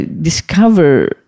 discover